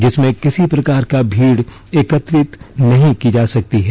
जिसमें किसी प्रकार का भीड़ एकत्रित नहीं की जा सकती है